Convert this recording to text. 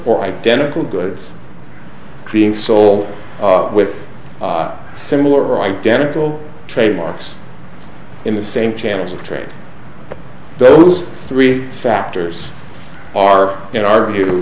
or identical goods being sold with similar identical trademarks in the same channels of trade those three factors are in our view